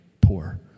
poor